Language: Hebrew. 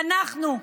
ואנחנו,